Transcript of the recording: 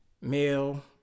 male